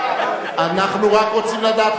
אנחנו רק רוצים לדעת,